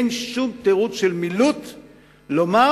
אין שום תירוץ של מילוט לומר: